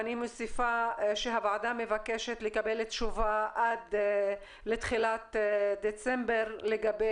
הוועדה מבקשת לקבל תשובה עד לתחילת דצמבר לגבי